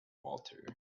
walter